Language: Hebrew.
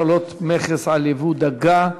הקלות מכס על ייבוא דגה,